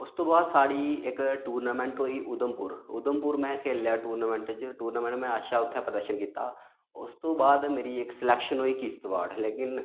उस तो बाद साढ़ी इक टूर्नामेंट होई उधमपुर उधमपुर में खेलेआ टूर्नामेंट च टूर्नामेंट च में अच्छा उत्थै प्रदर्शन कीता उस तो बाद मेरी इक सलैक्शन होई किश्तवाड़ लेकिन